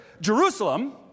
Jerusalem